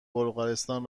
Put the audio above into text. بلغارستان